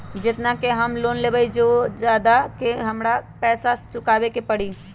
जेतना के हम लोन लेबई ओ से ज्यादा के हमरा पैसा चुकाबे के परी?